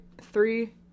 Three